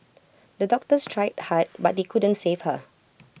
the doctors tried hard but they couldn't save her